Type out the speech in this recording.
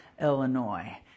Illinois